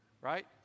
Right